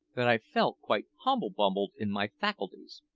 that i felt quite humble-bumbled in my faculties.